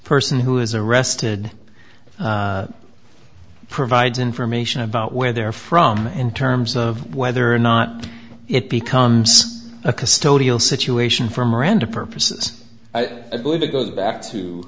person who is arrested provides information about where they're from in terms of whether or not it becomes a custodial situation for miranda purposes i believe it goes back to